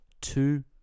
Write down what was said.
two